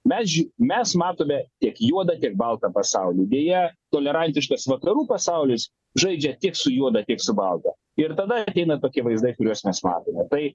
mes žiū mes matome tiek juodą tiek baltą pasaulį deja tolerantiškas vakarų pasaulis žaidžia tiek su juoda tiek su balta ir tada ateina tokie vaizdai kuriuos mes matėme tai